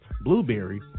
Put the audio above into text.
Blueberry